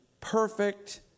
perfect